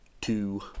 two